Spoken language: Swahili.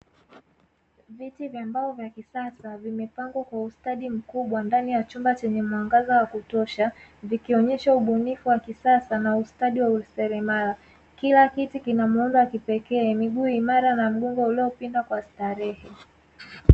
Viti vya mbao vya kisasa vimepengwa kwa ustadi mkubwa ndani ya chumba chenye mwangaza wa kutosha vikionyesha ubunifu wa kisasa na ubunifu wa userelama kila kiti kina muundo wa kipekee miguu imara na mgongo ulipinda kwa starehe.